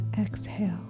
Exhale